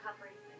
recovery